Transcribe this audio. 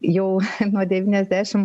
jau nuo devyniasdešim